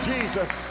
Jesus